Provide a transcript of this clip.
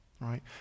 right